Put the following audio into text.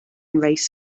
race